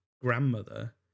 grandmother